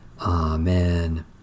Amen